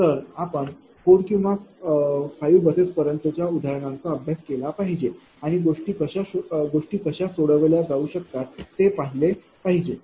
तर आपण 4 किंवा 5 बस पर्यंतच्या उदाहरणांचा अभ्यास केला पाहिजे आणि गोष्टी कशा सोडवल्या जाऊ शकतात ते पाहिले पाहिजे